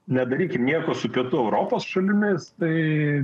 nedaryk nieko su kitų europos šalimis tai